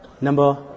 number